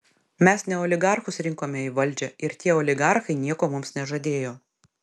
mes ne oligarchus rinkome į valdžią ir tie oligarchai nieko mums nežadėjo